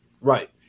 Right